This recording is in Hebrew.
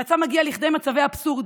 המצב מגיע לכדי מצבי אבסורד,